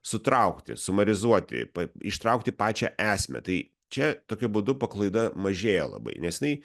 sutraukti sumarizuoti pa ištraukti pačią esmę tai čia tokiu būdu paklaida mažėja labai nes jinai